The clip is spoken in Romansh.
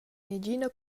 negina